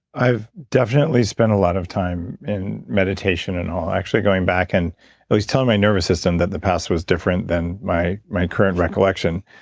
i've definitely spent a lot of time in meditation and all, actually going back and i was telling my nervous system that the past was different than my my current recollection,